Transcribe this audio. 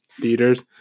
theaters